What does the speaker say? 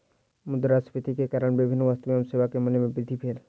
मुद्रास्फीति के कारण विभिन्न वस्तु एवं सेवा के मूल्य में वृद्धि भेल